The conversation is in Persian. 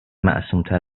معصومتر